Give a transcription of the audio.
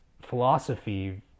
philosophy